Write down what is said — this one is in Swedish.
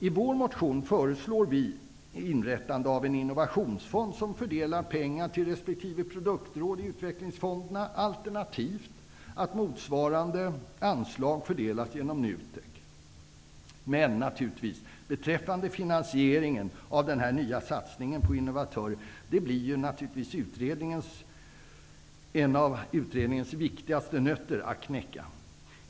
I vår motion föreslår vi att en innovationsfond inrättas där man fördelar pengarna till resp. produktråd i Utvecklingsfonden, alternativt att motsvarande anslag fördelas genom NUTEK. Men finansieringen av den här nya satsningen på innovatörer blir naturligtvis en av utredningens viktigaste ''nötter att knäcka''.